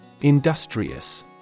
Industrious